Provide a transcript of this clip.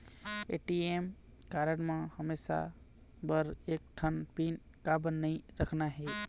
ATM card म हमेशा बर एक ठन पिन काबर नई रखना हे?